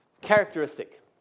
characteristic